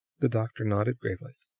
the doctor nodded gravely.